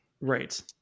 right